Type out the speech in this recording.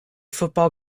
football